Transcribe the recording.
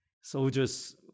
Soldiers